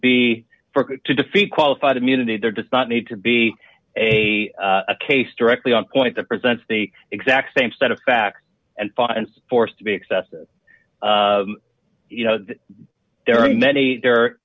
be to defeat qualified immunity there does not need to be a case directly on point to present the exact same set of facts and finds force to be excessive you know there are many